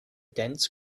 dense